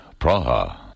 Praha